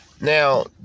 Now